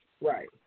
Right